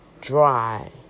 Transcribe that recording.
dry